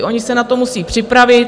Oni se na to musí připravit.